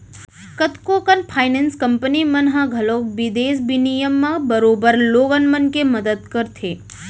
कतको कन finance company मन ह घलौक बिदेसी बिनिमय म बरोबर लोगन मन के मदत करथे